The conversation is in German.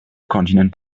kontinent